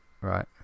right